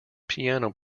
piano